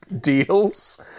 deals